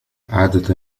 عادة